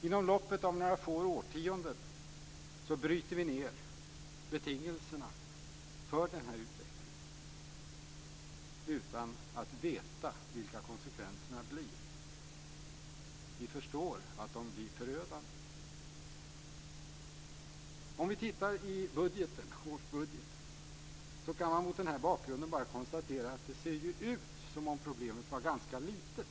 Inom loppet av några få årtionden bryter vi ned betingelserna för den här utvecklingen utan att veta vilka konsekvenserna blir. Vi förstår att de blir förödande. Om man tittar i årsbudgeten kan man mot den här bakgrunden bara konstatera att det ser ut som om problemet var ganska litet.